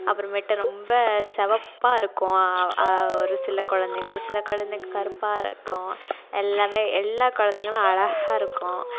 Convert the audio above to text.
அப்பறமேட்டு ரொம்ப சிவப்பா இருக்கும் ஒரு சில கொழந்தைங்க ஒரு சில கொழந்தைக கருப்பாக இருக்கும் எல்லாமே எல்லா கொழந்தைங்களும் அழகாக இருக்கும்